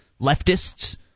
leftists